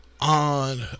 On